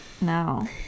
No